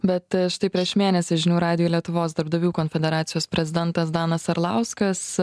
bet štai prieš mėnesį žinių radijui lietuvos darbdavių konfederacijos prezidentas danas arlauskas